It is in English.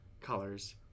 colors